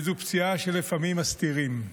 וזו פציעה שלפעמים מסתירים.